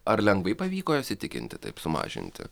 ar lengvai pavyko juos įtikinti taip sumažinti